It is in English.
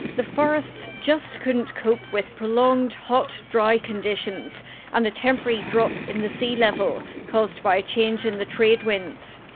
the forests just couldn't cope with prolonged hot, dry, conditions and a temporary drop in the sea level caused by a change in the trade winds.